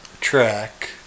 track